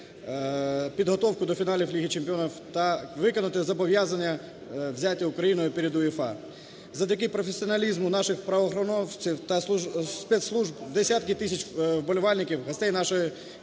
підготовку до фіналів Ліги чемпіонів та виконати зобов'язання, взяті Україною перед УЄФА. Завдяки професіоналізму наших правоохоронців та спецслужб десятки тисяч вболівальників, гостей нашої